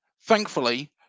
Thankfully